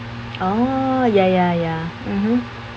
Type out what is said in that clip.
oh ya ya ya